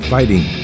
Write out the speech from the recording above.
Fighting